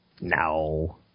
No